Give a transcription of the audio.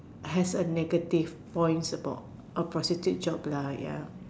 has a negative points about a prostitute jobs ya